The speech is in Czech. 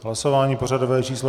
Hlasování pořadové číslo 262.